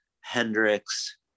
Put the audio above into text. Hendrix